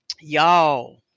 y'all